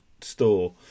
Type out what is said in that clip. store